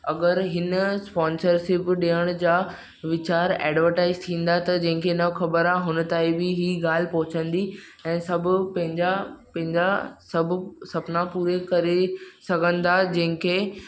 अगरि हिन स्पोंसरशीप ॾियण जा वीचार एडवर्टाइज़ थींदा त जंहिं खे न ख़बर आहे हुन ताईं बि ई ॻाल्हि पहुचंदी ऐं सभु पंहिंजा पंहिंजा सभु सुपिना पूरा करे सघंदा जंहिं खे